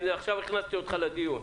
הינה, הכנסתי אותך לדיון.